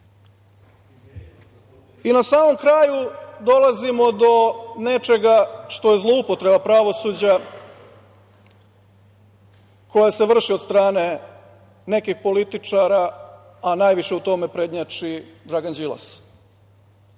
samom kraju dolazimo do nečega što je zloupotreba pravosuđa koja se vrši od strane nekih političara, a najviše u tome prednjači Dragan Đilas.